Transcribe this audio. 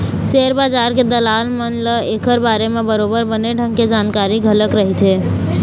share बजार के दलाल मन ल ऐखर बारे म बरोबर बने ढंग के जानकारी घलोक रहिथे